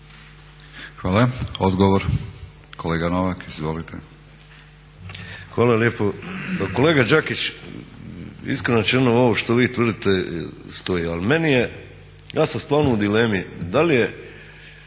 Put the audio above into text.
Mladen (Nezavisni)** Hvala lijepo. Kolega Đakić, iskreno rečeno ovo što vi tvrdite stoji. Ali meni je, ja sam stvarno u dilemi da li je